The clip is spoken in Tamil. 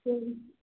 சரி